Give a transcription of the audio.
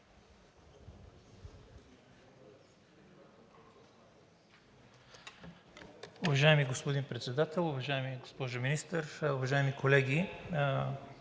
Уважаеми господин Председател, уважаема госпожо Министър, уважаеми колеги!